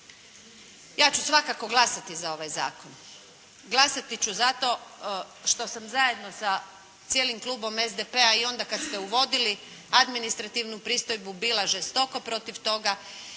Ja ću svakako glasati za ovaj zakon. Glasati ću zato što sam zajedno sa cijelim klubom SDP-a i onda kad ste uvodili administrativnu pristojbu bila žestoko protiv toga.